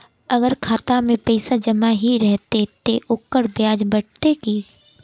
अगर खाता में पैसा जमा ही रहते ते ओकर ब्याज बढ़ते की?